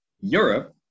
Europe